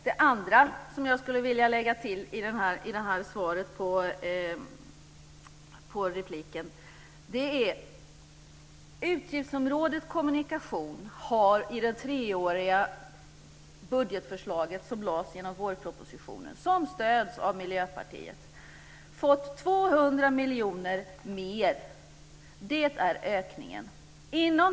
Det andra jag skulle vilja lägga till som svar på repliken är att utgiftsområdet Kommunikation i det treåriga budgetförslag som lades fram genom vårpropositionen, och som stöds av Miljöpartiet, har fått 200 miljoner mer. Det är ökningen.